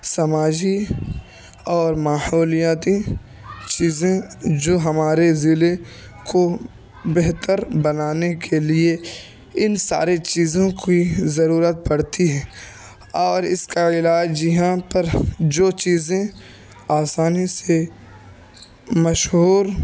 سماجی اور ماحولیاتی چیزیں جو ہمارے ضلعے کو بہتر بنانے کے لیے ان سارے چیزوں کی ضرورت پڑتی ہے اور اس کا علاج یہاں پر جو چیزیں آسانی سے مشہور